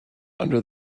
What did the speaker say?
under